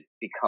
become